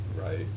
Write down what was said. right